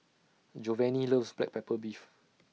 Jovanny loves Black Pepper Beef